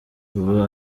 ubu